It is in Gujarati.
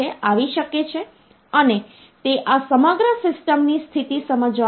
તેથી એવું ન હોઈ શકે કે કોઈ અંક મળ્યો હોય અને જેની કિંમત b કરતાં વધુ હોય